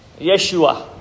Yeshua